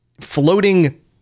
floating